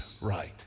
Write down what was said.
right